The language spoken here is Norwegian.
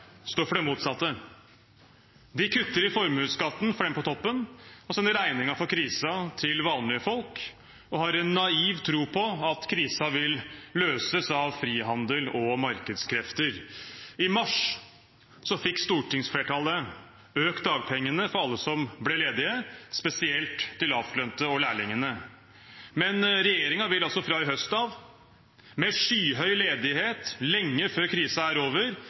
står for det motsatte. De kutter i formuesskatten for dem på toppen og sender regningen for krisen til vanlige folk, og har en naiv tro på at krisen vil løses av frihandel og markedskrefter. I mars fikk stortingsflertallet økt dagpengene for alle som ble ledige, spesielt de lavtlønnede og lærlingene. Men regjeringen vil altså fra i høst av, med skyhøy ledighet og lenge før krisen er over,